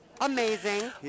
amazing